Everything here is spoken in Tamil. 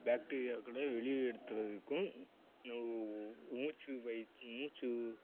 பேக்டீரியாக்களை வெளி எடுத்கிறதுக்கும் மூச்சுப் பயிற்சி மூச்சு